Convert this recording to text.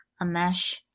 Amesh